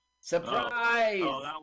Surprise